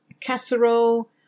casserole